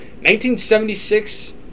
1976